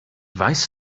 weiß